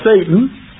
Satan